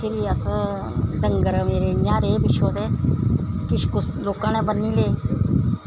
फ्ही अस डंगर मेरे इ'यां गै रेह् पिच्छें ते किश लोकां ने बन्नी ले